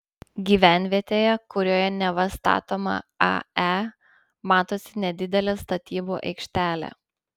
gyvenvietėje kurioje neva statoma ae matosi nedidelė statybų aikštelė